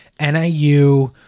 NIU